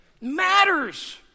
matters